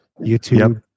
YouTube